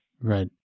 right